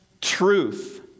truth